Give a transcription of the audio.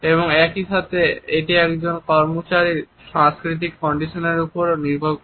এবং একই সাথে এটি একজন কর্মচারীর সাংস্কৃতিক কন্ডিশনিংয়ের উপরও নির্ভর করে